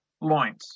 loins